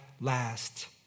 last